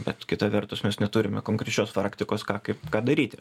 bet kita vertus mes neturime konkrečios praktikos kaip ką daryti